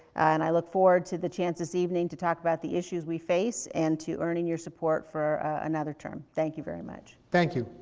and i look forward to the chance this evening to talk about the issues we face and to earning your support support for another term. thank you very much. thank you.